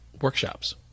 workshops